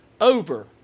over